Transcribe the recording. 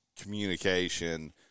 communication